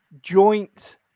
joint